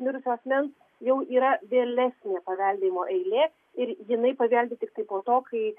mirusio asmens jau yra vėlesnė paveldėjimo eilė ir jinai paveldi tiktai po to kai